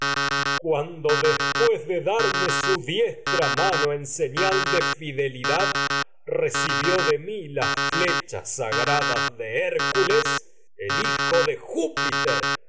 cuando después de darme su diestra mano en señal de fidelidad recibió de mi las el hijo de júpiter